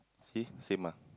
see same ah